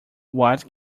what